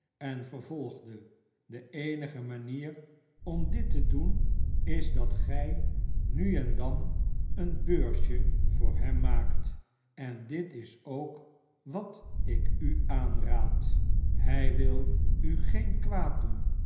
en vervolgde de eenige manier om dit te doen is dat gij nu en dan een beursje voor hem maakt en dit is ook wat ik u aanraad hij wil u geen kwaad doen